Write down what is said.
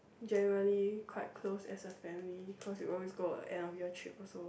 generally quite close as a family cause we always go end of year trip also